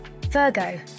Virgo